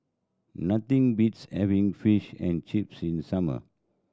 nothing beats having Fish and Chips in summer